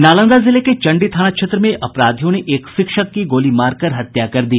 नालंदा जिले के चंडी थाना क्षेत्र में अपराधियों ने एक शिक्षक की गोली मारकर हत्या कर दी